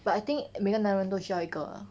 but I think 每个男人都需要一个